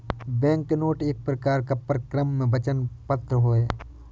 banknote एक प्रकार का परक्राम्य वचन पत्र है